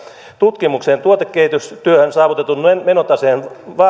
tutkimukseen ja tuotekehitystyöhön saavutetun menotaseen